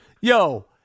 Yo